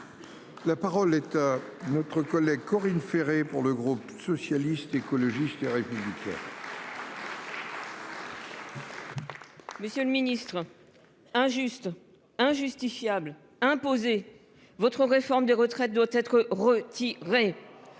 La parole est à notre collègue Corinne Ferré pour le groupe socialiste, écologiste et républicain. Monsieur le Ministre. Injuste injustifiable imposer votre réforme des retraites doit être retiré.